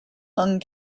lung